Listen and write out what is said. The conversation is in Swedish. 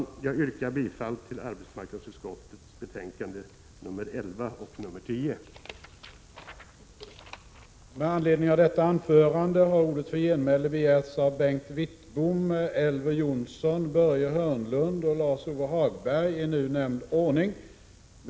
Jag ber att få yrka bifall till arbetsmarknadsutskottets hemställan i betänkandena 10 och 11.